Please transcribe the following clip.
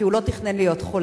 כי הוא לא תכנן להיות חולה.